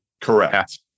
Correct